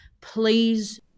please